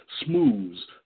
smooths